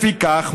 לפיכך,